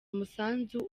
umusanzu